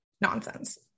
nonsense